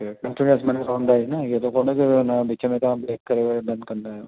okay हूंदा आयो न इयो त कोन्हे की उनमें विच में तव्हां ब्रेक करे करे लंच कंदा आहियो